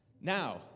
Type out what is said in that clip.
Now